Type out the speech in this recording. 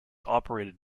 operated